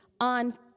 on